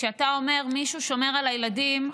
כשאתה אומר שמישהו שומר על הילדים,